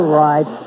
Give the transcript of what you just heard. right